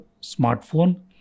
smartphone